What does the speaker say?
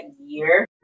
year